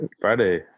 Friday